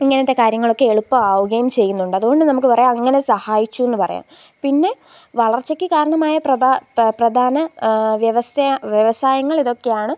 ഇങ്ങനത്തെ കാര്യങ്ങളൊക്കെ എളുപ്പം ആകുകയും ചെയ്യുന്നുണ്ട് അതു കൊണ്ട് നമുക്ക് പറയാം അങ്ങനെ സഹായിച്ചുവെന്നു പറയാം പിന്നെ വളർച്ചക്കു കാരണമായ പ്രധാ പ്രധാന വ്യവസ്യാ വ്യവസായങ്ങളിതൊക്കെയാണ്